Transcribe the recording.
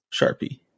Sharpie